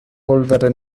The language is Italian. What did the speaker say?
polvere